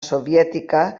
soviètica